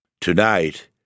Tonight